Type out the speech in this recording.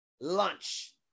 lunch